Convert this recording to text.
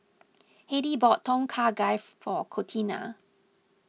Hedy bought Tom Kha Gai for Contina